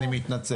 אני מתנצל.